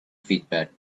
feedback